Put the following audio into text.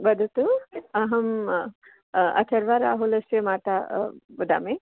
वदतु अहम् अथर्वा राहुलस्य माता वदामि